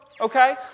okay